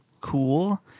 cool